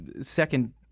second-